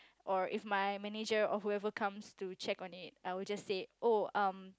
or if my manager or whoever comes to check on it I would just say oh um